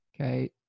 okay